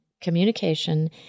communication